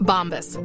Bombas